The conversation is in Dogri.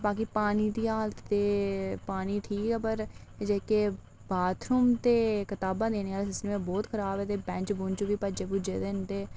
बाकी पानी दी हालत पानी ते ठीक ऐ पर जेह्के बाथरूम ते कताबां आह्ला सिस्टम ऐ बहुत खराब ऐ ते बैंच बी भज्जे दे न ते